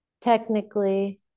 technically